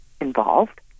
involved